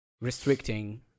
restricting